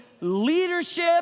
leadership